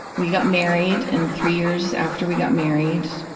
we got married, and three years after we got married,